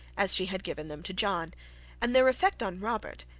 as she had given them to john and their effect on robert,